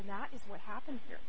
and that is what happened here